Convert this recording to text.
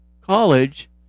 College